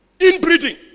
Inbreeding